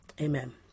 Amen